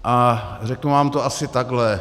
A řeknu vám to asi takhle.